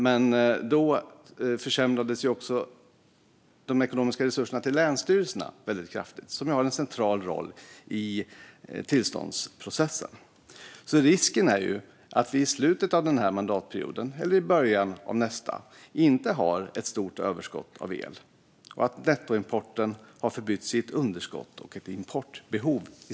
Men då försämrade högerpartierna väldigt kraftigt de ekonomiska resurserna till länsstyrelserna, som har en central roll i tillståndsprocessen. Risken finns att vi i slutet av den här mandatperioden eller i början av nästa inte har ett stort överskott av el och att nettoimporten har förbytts i ett underskott och ett importbehov.